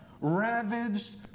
ravaged